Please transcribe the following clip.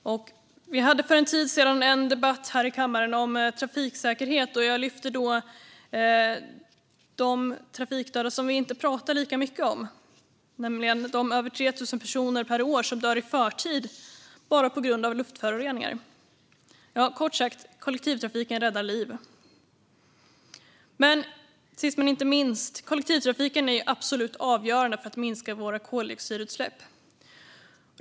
Vi hade för en tid sedan en debatt här i kammaren om trafiksäkerhet, och jag lyfte då fram de trafikdöda som vi inte pratar lika mycket om, nämligen de över 3 000 personer per år som dör i förtid bara på grund av luftföroreningar. Kort sagt: Kollektivtrafiken räddar liv. Sist men inte minst är kollektivtrafiken absolut avgörande för att minska våra koldioxidutsläpp.